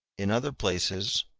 in other places,